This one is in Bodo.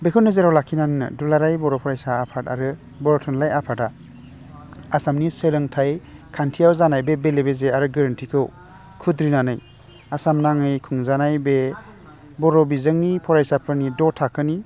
बेखौ नोजोराव लाखिनानैनो दुलाराय बर' फरायसा आफाद आरो बर' थुनलाइ आफादआ आसामनि सोलोंथाइ खान्थियाव जानाय बे बेले बेजे आरो गोरोन्थिखौ खुद्रिनानै आसाम नाङै खुंजानाय बे बर' बिजोंनि फरायसाफोरनि द' थाखोनि